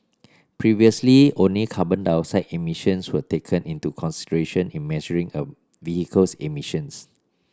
previously only carbon dioxide emissions were taken into consideration in measuring a vehicle's emissions